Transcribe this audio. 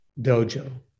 dojo